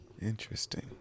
Interesting